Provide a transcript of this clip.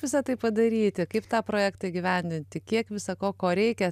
visa tai padaryti kaip tą projektą įgyvendinti kiek visa ko ko reikia